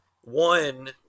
One